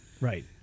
right